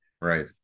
Right